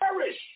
perish